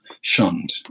shunned